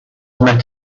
met